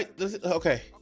Okay